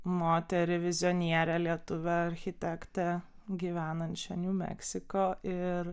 moterį vizionierę lietuvę architektę gyvenančią niu meksiko ir